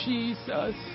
Jesus